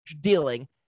dealing